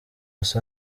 los